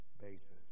basis